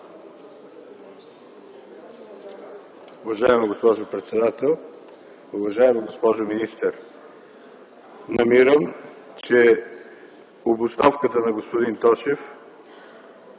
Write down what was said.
Уважаеми господин председател, уважаема госпожо министър! Намирам, че обосновката на господин Тошев